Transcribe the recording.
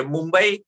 Mumbai